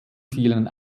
vielen